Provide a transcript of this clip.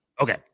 Okay